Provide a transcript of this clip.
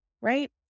Right